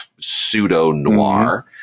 pseudo-noir